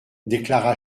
déclara